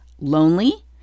lonely